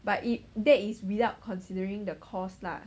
but if that is without considering the cost lah